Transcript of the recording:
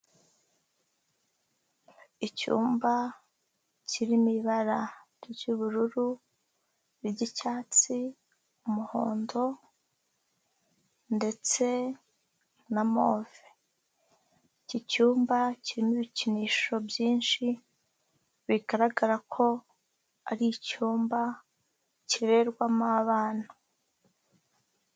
Icyumba kiririmo ibara ry'ubururu, iry'icyatsi, umuhondo ndetse na move, iki cyumba kirimo ibikinisho byinshi bigaragara ko ari icyumba kirererwamo abana.